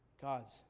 God's